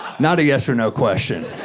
not a yes or no question.